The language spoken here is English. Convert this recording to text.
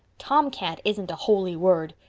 tomcat isn't a holy word.